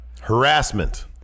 Harassment